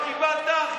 כמה קיבלת?